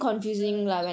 mm